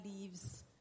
leaves